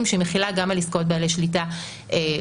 שהיא מחילה גם על עסקאות בעלי שליטה הרגילות.